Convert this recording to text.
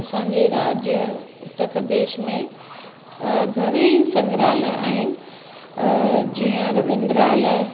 असांजे राज्य उत्तर प्रदेश में घणेई संग्राहलय आहिनि जीअं रविंद्रालय